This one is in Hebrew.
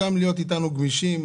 להיות איתנו גמישים,